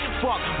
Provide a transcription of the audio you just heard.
fuck